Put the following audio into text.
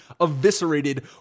eviscerated